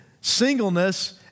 singleness